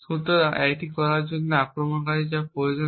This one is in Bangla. সুতরাং এটি করার জন্য আক্রমণকারীর যা প্রয়োজন